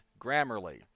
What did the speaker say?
Grammarly